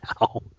now